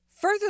further